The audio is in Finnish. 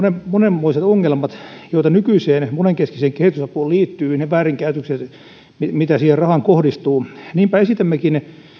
ne monenmoiset ongelmat joita nykyiseen monenkeskiseen kehitysapuun liittyy ne väärinkäytökset mitä siihen rahaan kohdistuu niinpä esitämmekin